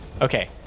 Okay